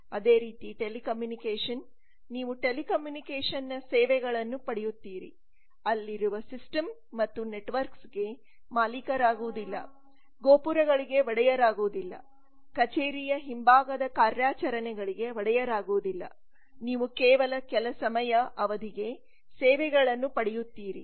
ಅದೇ ರೀತಿ ಟೆಲಿಕಮ್ಯುನಿಕೇಷನ್ ನೀವು ಟೆಲಿಕಮ್ಯುನಿಕೇಷನ ಸೇವೆಗಳನ್ನು ಪಡೆಯುತ್ತೀರಿ ಅಲ್ಲಿರುವ ಸಿಸ್ಟಮ್ ಮತ್ತು ನೆಟ್ವರ್ಕ್ಸ್ ಗೆಮಾಲೀಕರಾಗುವುದಿಲ್ಲ ಗೋಪುರಗಳಿಗೆ ಒಡೆಯರಾಗುವುದಿಲ್ಲ ಕಚೇರಿಯ ಹಿಂಭಾಗದ ಕಾರ್ಯಾಚರಣೆಗಳಿಗೆ ಒಡೆಯರಾಗುವುದಿಲ್ಲ ನೀವು ಕೇವಲ ಕೆಲ ಸಮಯ ಅವಧಿಗೆ ಸೇವೆಗಳನ್ನು ಪಡೆಯುತ್ತೀರಿ